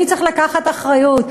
מי צריך לקחת אחריות?